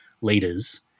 leaders